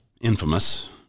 infamous